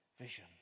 vision